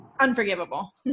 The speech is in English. unforgivable